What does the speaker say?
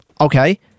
Okay